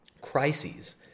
crises